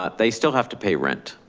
ah they still have to pay rent.